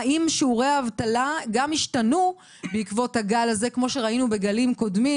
האם שיעורי האבטלה השתנו בעקבות הגל הזה כמו שראינו בגלים קודמים.